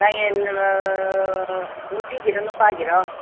ꯇꯥꯏꯌꯦ ꯅꯨꯄꯤꯒꯤꯔꯣ ꯅꯨꯄꯥꯒꯤꯔꯣ